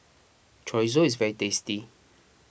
Chorizo is very tasty